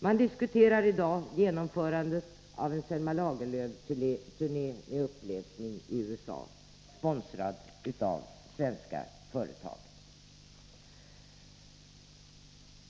Man diskuterar i dag genomförandet av en Selma Lagerlöf-turné med uppläsning i USA, sponsrad av svenska företag.